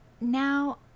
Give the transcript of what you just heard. Now